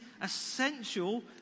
essential